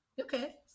okay